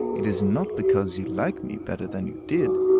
it is not because you like me better than you did,